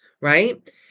right